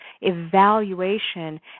evaluation